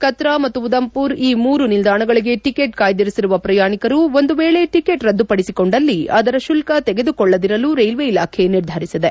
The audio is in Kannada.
ಕಕ್ರ ಮತ್ತು ಉದಮ್ಮರ್ ಈ ಮೂರು ನಿಲ್ದಾಣಗಳಿಗೆ ಟಿಕೆಟ್ ಕಾಯ್ದಿರಿಸಿರುವ ಪ್ರಯಾಣಿಕರು ಒಂದು ವೇಳೆ ಟಿಕೆಟ್ ರದ್ದುಪಡಿಸಿಕೊಂಡಲ್ಲಿ ಅದರ ಶುಲ್ಕ ತೆಗೆದುಕೊಳ್ಳದಿರಲು ರೈಲ್ವೆ ಇಲಾಖೆ ನಿರ್ಧರಿಸಿದೆ